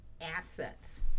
assets